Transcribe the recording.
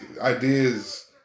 ideas